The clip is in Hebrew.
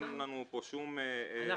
אין לנו פה שום אפליה.